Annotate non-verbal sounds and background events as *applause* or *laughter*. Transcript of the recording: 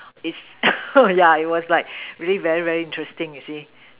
is *coughs* yeah it was like very very very interesting you see